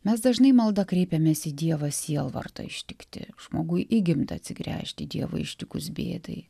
mes dažnai malda kreipiamės į dievą sielvarto ištikti žmogui įgimta atsigręžt į dievą ištikus bėdai